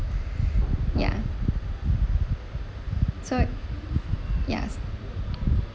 ya so yes